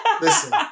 Listen